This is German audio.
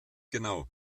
genau